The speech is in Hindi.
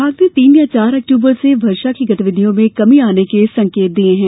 विभाग ने तीन या चार अक्टूबर से वर्षा की गतिविधियों में कमी आने के संकेत दिए हैं